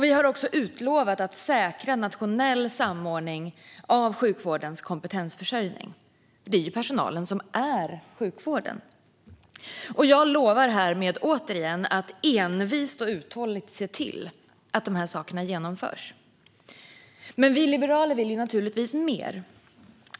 Vi har också utlovat att säkra en nationell samordning av sjukvårdens kompetensförsörjning. Det är ju personalen som är sjukvården. Jag lovar härmed återigen att envist och uthålligt se till att detta genomförs. Men vi liberaler vill naturligtvis mer.